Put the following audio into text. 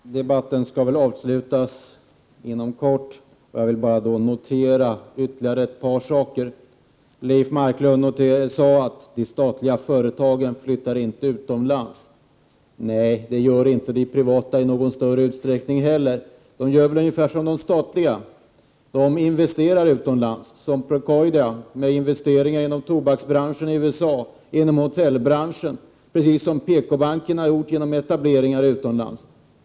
Herr talman! Debatten skall väl avslutas inom kort, men jag vill bara notera ytterligare ett par saker. Leif Marklund sade att de statliga företagen inte flyttar utomlands. Nej, det gör inte de privata i någon större utsträckning heller. De gör väl ungefär som de statliga företagen, de investerar utomlands som exempelvis Procordia, som gör investeringar i tobaksbranschen i USA och hotellbranschen, och som PKbanken har gjort vid etableringar utomlands.